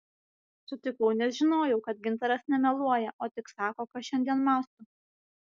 sutikau nes žinojau kad gintaras nemeluoja o tik sako ką šiandien mąsto